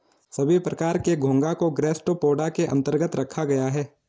सभी प्रकार के घोंघा को गैस्ट्रोपोडा के अन्तर्गत रखा गया है